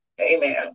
Amen